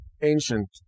ancient